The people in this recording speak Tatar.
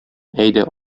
әйдә